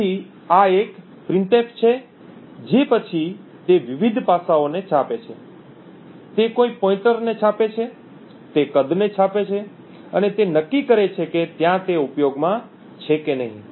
તેથી આ એક printf છે જે પછી તે વિવિધ પાસાઓને છાપે છે તે કોઈ પોઇન્ટરને છાપે છે તે કદને છાપે છે અને તે નક્કી કરે છે કે ત્યાં તે ઉપયોગમાં છે કે નહીં